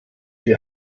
die